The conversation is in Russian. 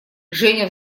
женя